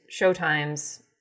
Showtime's